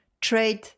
trade